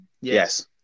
Yes